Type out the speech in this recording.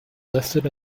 listed